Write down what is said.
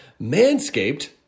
Manscaped